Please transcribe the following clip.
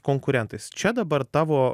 konkurentais čia dabar tavo